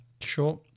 sure